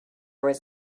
was